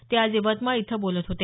ते आज यवतमाळ इथं बोलत होते